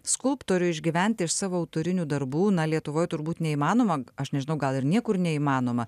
skulptoriui išgyventi iš savo autorinių darbų na lietuvoje turbūt neįmanoma aš nežinau gal ir niekur neįmanoma